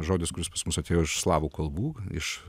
žodis kuris pas mus atėjo iš slavų kalbų iš